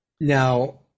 Now